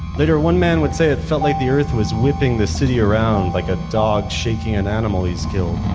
later one man would say it felt like the earth was whipping the city around like a dog shaking an animal he's killed.